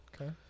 okay